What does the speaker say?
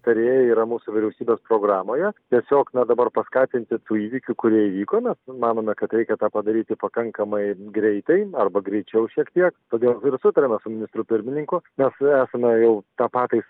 tarėjai yra mūsų vyriausybės programoje tiesiog na dabar paskatinti tų įvykių kurie įvyko na manome kad reikia tą padaryti pakankamai greitai arba greičiau šiek tiek todėl ir sutarėme su ministru pirmininku mes jau esame jau tą pataisą